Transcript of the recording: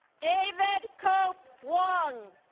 david cope wang